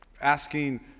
asking